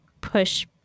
push